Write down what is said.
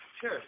Sure